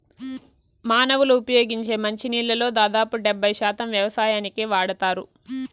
మానవులు ఉపయోగించే మంచి నీళ్ళల్లో దాదాపు డెబ్బై శాతం వ్యవసాయానికే వాడతారు